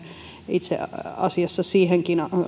itse asiassa siihenkin